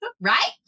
right